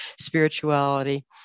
spirituality